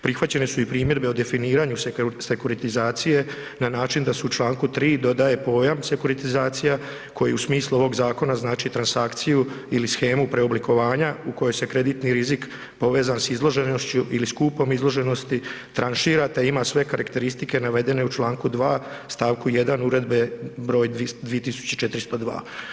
Prihvaćene su i primjedbe o definiranju sekuritizacije na način da se u čl. 3. dodaje pojam „sekuritizacija“ koji u smislu ovog zakona znači transakciju ili shemu preoblikovanja u kojoj se kreditni rizik, povezan s izloženošću ili skupom izloženosti, tranšira, te ima sve karakteristike navedene u čl. 2. st. 1. Uredbe br. 2402.